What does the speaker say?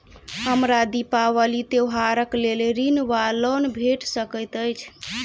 हमरा दिपावली त्योहारक लेल ऋण वा लोन भेट सकैत अछि?